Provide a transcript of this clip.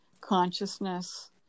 consciousness